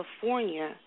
California